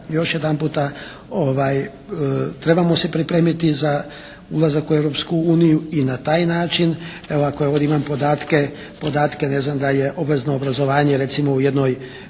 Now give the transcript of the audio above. još jedanputa trebamo se pripremiti za ulazak u Europsku uniju i na taj način. Evo ovako, ja ovdje imam podatke vezano da je obavezno obrazovanje recimo u jednoj